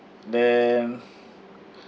then